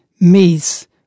meets